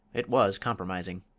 it was compromising.